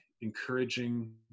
encouraging